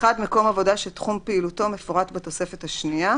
מקום עבודה שתחום פעילותו מפורט בתוספת השנייה,